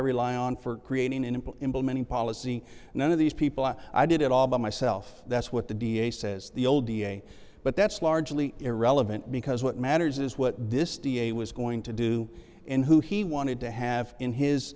rely on for creating and implementing policy and none of these people are i did it all by myself that's what the d a says the old da but that's largely irrelevant because what matters is what this d a was going to do and who he wanted to have in his